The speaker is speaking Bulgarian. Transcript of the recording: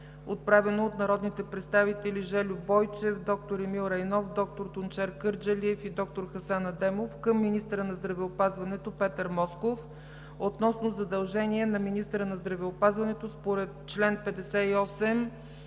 отправено от народните представители Жельо Бойчев, д-р Емил Райнов, д-р Тунчер Кърджалиев и д-р Хасан Адемов към министъра на здравеопазването Петър Москов относно задължения на министъра на здравеопазването, според чл. 58